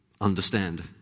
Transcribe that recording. understand